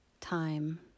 time